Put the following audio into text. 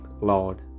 Lord